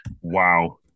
Wow